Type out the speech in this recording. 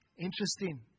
interesting